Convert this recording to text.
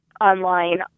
online